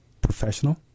professional